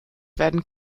werden